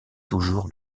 toujours